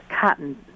cotton